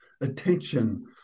attention